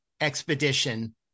expedition